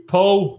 Paul